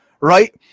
right